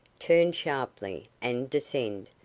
turn sharply, and descend,